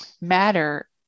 matter